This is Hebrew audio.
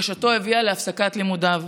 בקשתו הביאה להפסקת לימודיו.